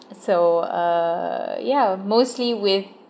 so err yeah mostly with